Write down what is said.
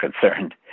concerned